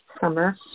summer